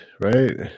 right